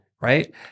Right